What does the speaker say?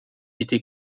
était